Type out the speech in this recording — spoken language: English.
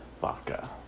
vodka